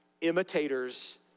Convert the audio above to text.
Imitators